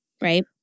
right